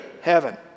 heaven